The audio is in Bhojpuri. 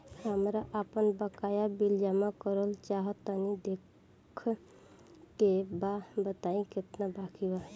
हमरा आपन बाकया बिल जमा करल चाह तनि देखऽ के बा ताई केतना बाकि बा?